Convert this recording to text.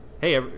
Hey